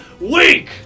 Weak